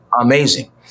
amazing